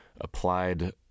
applied